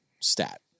stat